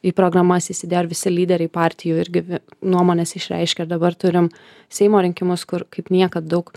į programas įsidėjo ir visi lyderiai partijų irgi vi nuomones išreiškė ir dabar turim seimo rinkimus kur kaip niekad daug